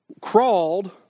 crawled